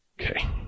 Okay